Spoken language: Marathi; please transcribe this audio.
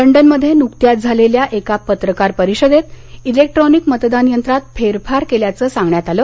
लंडन मध्ये नुकत्याच झालेल्या एका पत्रकार परिषदेत इलेक्ट्रॉनिक मतदान यंत्रात फेरफार केल्याचं सांगण्यात आलं